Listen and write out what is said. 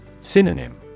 Synonym